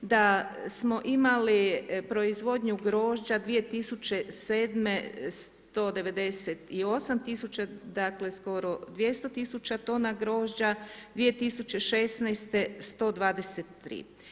Da smo imali proizvodnju grožđa 2007. 198 tisuća, dakle, skoro 200 tisuća tona grožđa, 2016. 123.